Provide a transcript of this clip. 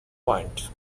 point